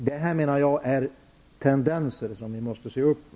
Detta är, menar jag, tendenser som vi måste se upp med.